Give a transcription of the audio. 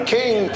King